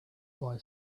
boy